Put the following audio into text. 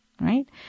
Right